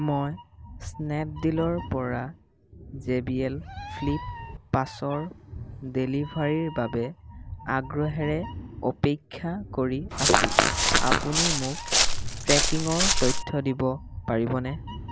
মই স্নেপডীলৰপৰা J B L flip পাঁচৰ ডেলিভাৰীৰ বাবে আগ্ৰহেৰে অপেক্ষা কৰি আছোঁ আপুনি মোক ট্ৰেকিঙৰ তথ্য দিব পাৰিবনে